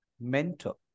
mentor